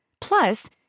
Plus